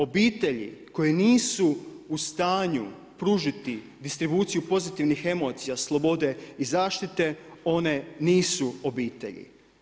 Obitelji koje nisu u stanju pružiti distribuciju pozitivnih emocija, slobode i zaštite, one nisu obitelji.